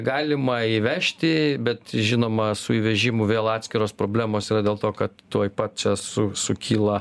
galima įvežti bet žinoma su įvežimu vėl atskiros problemos yra dėl to kad tuoj pat čia su sukyla